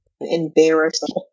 embarrassed